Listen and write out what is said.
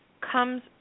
comes